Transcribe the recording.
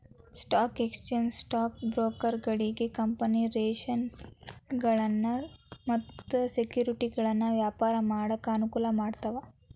stock exchange stock ಬ್ರೋಕರ್ಗಳಿಗಿ ಕಂಪನಿ ಷೇರಗಳನ್ನ ಮತ್ತ ಸೆಕ್ಯುರಿಟಿಗಳನ್ನ ವ್ಯಾಪಾರ ಮಾಡಾಕ ಅನುಕೂಲ ಮಾಡ್ತಾವ